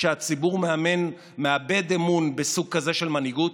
שהציבור מאבד אמון בסוג כזה של מנהיגות?